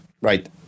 Right